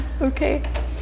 okay